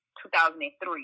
2003